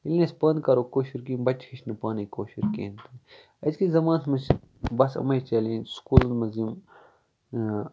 ییٚلہِ أسۍ پانہٕ کرو نہٕ کٲشُر کِہینۍ بَچہٕ ہیٚچھِ نہٕ پانٕے کٲشُر کِہینۍ تہٕ أزکِس زَمانَس منٛز چھِ بَس یِمے چیلینجز سکوٗلَن منٛز یِوان